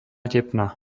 tepna